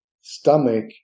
stomach